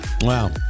Wow